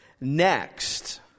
next